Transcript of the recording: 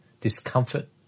discomfort